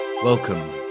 Welcome